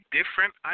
Different